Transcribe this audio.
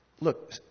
look